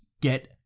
Get